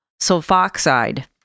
sulfoxide